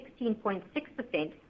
16.6%